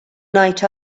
night